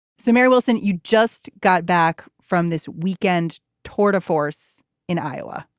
so, mary wilson, you just got back from this weekend toward a force in iowa.